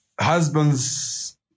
husbands